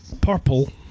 Purple